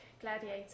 Gladiator